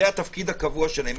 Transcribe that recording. זה התפקיד הקבוע שלהם.